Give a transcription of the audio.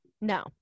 no